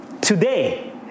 today